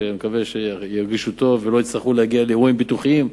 אני מקווה שירגישו טוב ולא יצטרכו להגיע לאירועים ביטוחיים,